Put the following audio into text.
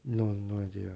no no idea